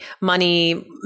Money